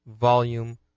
Volume